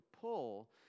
pull